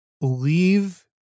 leave